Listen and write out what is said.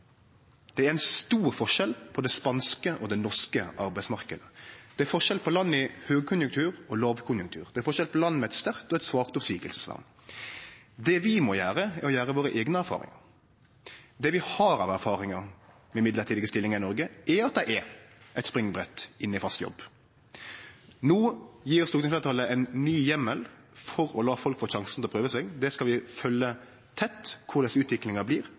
Det er ein stor forskjell på den spanske og den norske arbeidsmarknaden. Det er forskjell på land i høgkonjunktur og land i lågkonjunktur. Det er forskjell på land med eit sterkt oppseiingsvern og land med eit svakt oppseiingsvern. Det vi må gjere, er å gjere våre eigne erfaringar. Det vi har av erfaringar med mellombelse stillingar i Noreg, er at dei er eit springbrett inn i fast jobb. No gjev stortingsfleirtalet ein ny heimel for å la folk få sjansen til å prøve seg. Vi skal følgje tett korleis utviklinga blir,